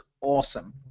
awesome